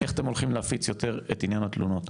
איך אתם הולכים להפיץ יותר את עניין התלונות.